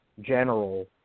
general